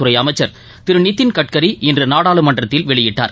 துறை அமைச்சர் திரு நிதின் கட்கரி இன்று நாடாளுமன்றத்தில் வெளியிட்டார்